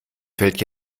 fällt